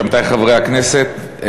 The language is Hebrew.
עמיתי חברי הכנסת,